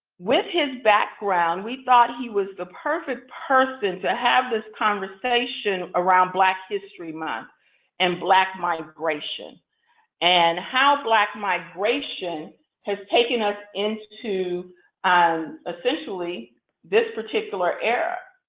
with his background, we thought he was the perfect person to have this conversation around black history month and black migration and how black migration has taken us into um essentially this particular era.